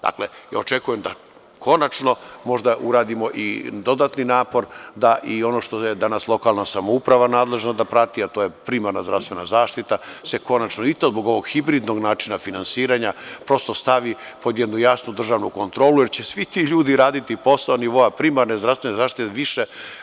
Dakle, ja očekujem da konačno možda uradimo i dodatni napor da i ono što je danas lokalna samouprava nadležna da prati, a to je primarna zdravstvena zaštita, se konačno zbog ovog hibridnog načina finansiranja, prosto stavi pod jednu jasnu državnu kontrolu, jer će svi ti ljudi raditi posao nivoa primarne zdravstvene zaštite više.